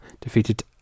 defeated